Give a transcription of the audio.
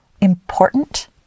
important